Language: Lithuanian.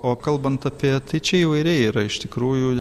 o kalbant apie tai čia įvairiai yra iš tikrųjų